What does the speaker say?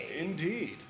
indeed